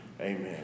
Amen